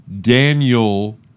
Daniel